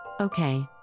Okay